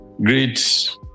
great